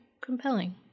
compelling